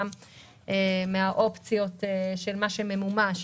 גם מן האופציות של מה שממומש.